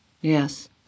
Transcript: Yes